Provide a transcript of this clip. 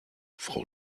frau